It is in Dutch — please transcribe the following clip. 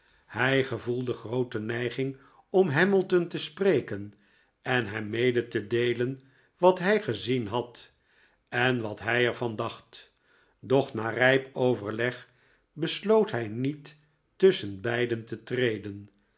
hi gevoelde groote neiging om hamilton te sproken en hem mede te deelen wat hi gezien had en wat hij er van dacht dochnarijp overleg besloot hij niet tusschen beiden te treden